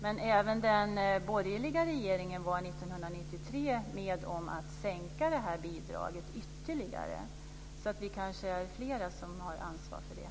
Men även den borgerliga regeringen var 1993 med om att sänka bidraget. Så vi kanske är flera som har ansvar för det.